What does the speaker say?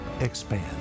expand